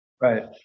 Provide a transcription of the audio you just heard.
Right